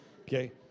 Okay